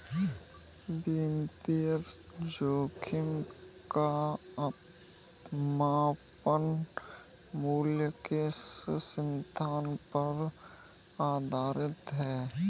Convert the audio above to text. वित्तीय जोखिम का मापन मूलतः किस सिद्धांत पर आधारित है?